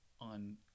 on